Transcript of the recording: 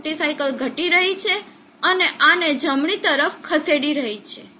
duty cycle ઘટી રહી છે અને આને જમણી તરફ ખસેડી રહી છે